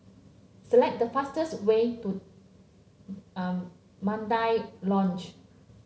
select the fastest way to Mandai Lodge